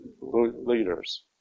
leaders